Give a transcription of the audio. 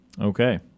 Okay